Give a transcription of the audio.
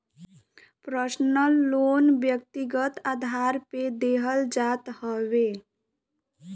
personal loan व्यक्तिगत आधार पे देहल जात हवे